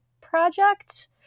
Project